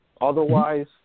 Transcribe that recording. Otherwise